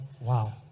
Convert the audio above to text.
Wow